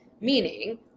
Meaning